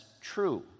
true